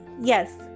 Yes